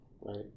right